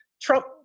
Trump